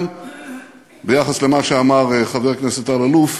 גם ביחס למה שאמר חבר הכנסת אלאלוף,